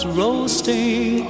roasting